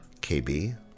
KB